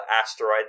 asteroid